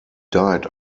died